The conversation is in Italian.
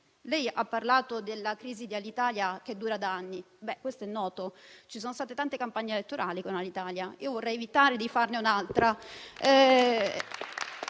lei ha parlato della crisi di Alitalia, che dura da anni. Ciò è noto; ci sono state tante campagne elettorali con Alitalia e vorrei evitare di farne un'altra.